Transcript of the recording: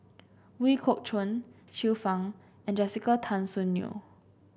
Ooi Kok Chuen Xiu Fang and Jessica Tan Soon Neo